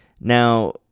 Now